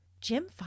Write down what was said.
Jim